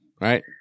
right